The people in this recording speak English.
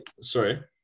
sorry